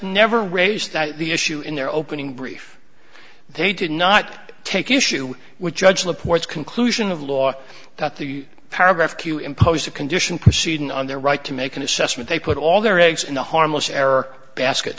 never raised the issue in their opening brief they did not take issue with judge laporte conclusion of law that the paragraph to impose a condition proceeding on their right to make an assessment they put all their eggs in the harmless error basket